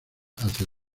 hacia